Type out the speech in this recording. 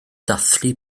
dathlu